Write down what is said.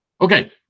Okay